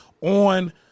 on